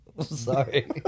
Sorry